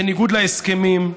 בניגוד להסכמים,